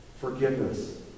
forgiveness